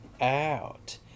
out